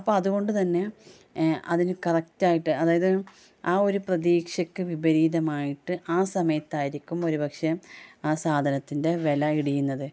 അപ്പോൾ അതുകൊണ്ട് തന്നെ അതിന് കറക്റ്റ് ആയിട്ട് അതായത് ആ ഒരു പ്രതീക്ഷയ്ക്ക് വിപരീതമായിട്ട് ആ സമയത്ത് ആയിരിക്കും ഒരുപക്ഷെ ആ സാധനത്തിൻ്റെ വില ഇടിയുന്നത്